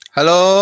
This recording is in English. Hello